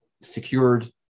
secured